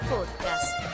Podcast